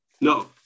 No